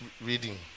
reading